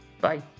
bye